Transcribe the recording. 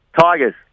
Tigers